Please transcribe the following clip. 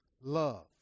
Love